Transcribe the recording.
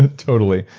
ah totally,